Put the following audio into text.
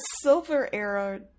Silver-era